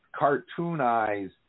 cartoonize